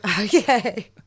okay